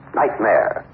nightmare